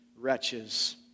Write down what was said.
wretches